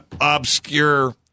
obscure